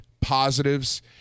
positives